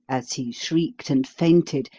as he shrieked and fainted,